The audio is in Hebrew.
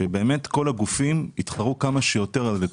שבאמת כל הגופים התחרו כמה שיותר על הלקוחות,